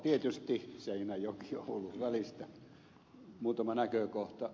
tietysti seinäjokioulu välistä muutama näkökohta